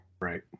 Right